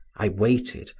i waited,